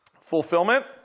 Fulfillment